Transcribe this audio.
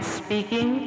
speaking